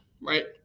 right